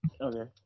Okay